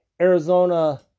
Arizona